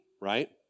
right